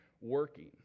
working